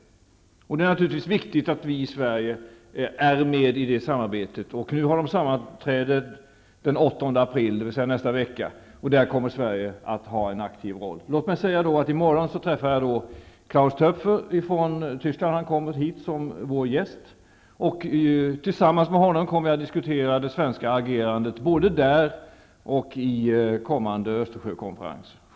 Det är naturligtvis viktigt att vi i Sverige är med i det samarbetet. Nu sammanträder G 24 i nästa vecka den 8 april. Där kommer Sverige att ha en aktiv roll. I morgon skall jag träffa Klaus Töpfer från Tyskland. Han kommer till Sverige som regeringens gäst. Tillsammans med honom, och dessutom Finland, skall jag diskutera det svenska agerandet, både i G 24 och i kommande Östersjökonferens.